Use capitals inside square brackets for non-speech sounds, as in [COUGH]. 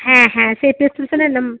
হ্যাঁ হ্যাঁ সে তো একটু [UNINTELLIGIBLE]